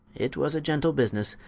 it was a gentle businesse,